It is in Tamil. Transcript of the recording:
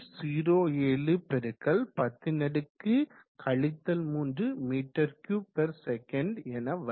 07×10 3 m3sec வரும்